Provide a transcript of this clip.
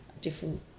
different